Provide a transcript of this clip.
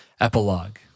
epilogue